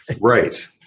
Right